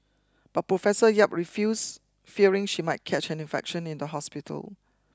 but Professor Yap refused fearing she might catch an infection in the hospital